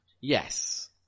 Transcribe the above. Yes